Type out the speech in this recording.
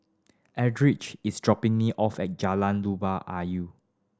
Eldridge is dropping me off at Jalan Luba